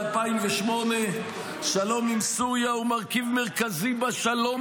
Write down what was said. ב-2008: "שלום עם סוריה הוא מרכיב מרכזי בשלום